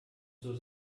zur